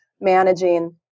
managing